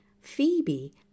phoebe